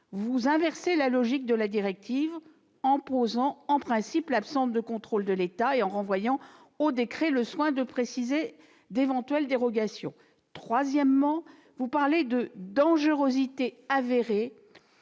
Vous inversez la logique de la directive en posant comme principe l'absence de contrôle de l'État et en renvoyant au décret le soin de préciser d'éventuelles dérogations. Troisièmement, vous parlez de « dangerosité avérée